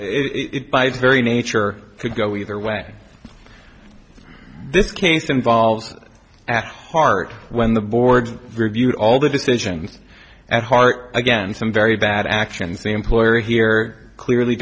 it by its very nature could go either way this case involves at heart when the board reviewed all the decisions at heart again some very bad actions the employer here clearly